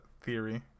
theory